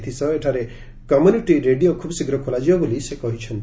ଏଥିସହ ଏଠାରେ community radio ଖୁବ୍ ଶୀଘ୍ର ଖୋଲାଯିବ ବୋଲି ସେ କହିଛନ୍ତି